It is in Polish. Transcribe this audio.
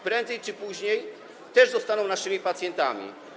Prędzej czy później też zostaną naszymi pacjentami.